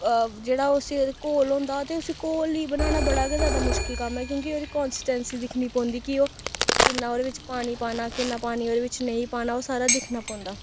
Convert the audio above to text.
जेह्ड़ा उस्सी ओह्दे घोल होंदा ते उस्सी घोल गी बनाना बड़ा गै जैदा मुश्कल कम्म ऐ क्योंकि ओह्दी कांसिसटैंसी दिक्खनी पौंदी कि ओह् किन्ना ओह्दे बिच्च पानी पाना किन्ना पानी ओहदे बिच्च नेईं पाना ओह् सारा दिखना पौंदा